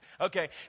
Okay